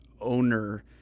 owner